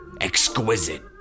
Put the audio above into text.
Exquisite